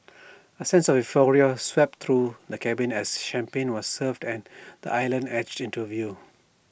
A sense of euphoria swept through the cabin as champagne was served and the island edged into view